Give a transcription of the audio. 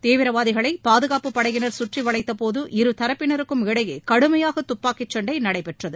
தீவிரவாதிகளை பாதுகாப்பு படையினர் கற்றி வளைத்தபோது இருதரப்பினருக்கும் இடையே கடுமையாக துப்பாக்கி சண்டை நடைபெற்றது